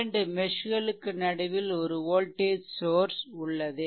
இரண்டு மெஷ் களுக்கு நடுவில் ஒரு வோல்டேஜ் சோர்ஷ் உள்ளது